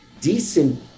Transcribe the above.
decent